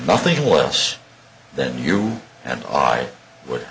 nothing less than you and i would